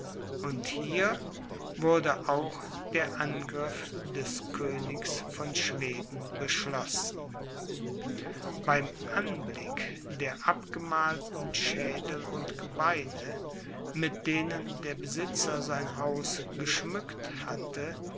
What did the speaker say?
und hier wurde auch der angriff des königs von schweden beschlossen beim anblick der abgemalten schädel und gebeine mit denen der besitzer sein haus geschmückt hatte